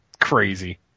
crazy